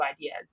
ideas